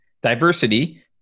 diversity